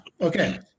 okay